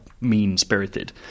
mean-spirited